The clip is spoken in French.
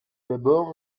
d’abord